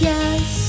Yes